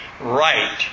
right